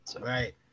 Right